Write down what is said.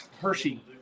Hershey